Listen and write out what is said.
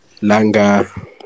langa